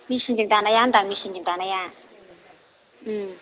मिचिनजों दानाया होनदां मिचिनजों दानाया उम